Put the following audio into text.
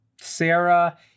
Sarah